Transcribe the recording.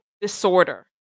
disorder